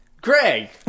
Greg